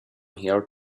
here